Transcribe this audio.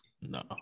No